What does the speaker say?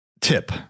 tip